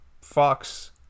fox